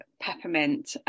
peppermint